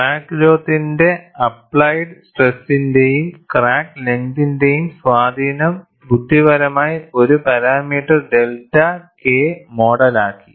crack growth റേറ്റിന്റെ applied സ്ട്രെസ്സിന്റെയും crack ലെങ്തിന്റെയും സ്വാധീനം ബുദ്ധിപരമായി ഒരു പാരാമീറ്റർ ഡെൽറ്റ K മോഡലാക്കി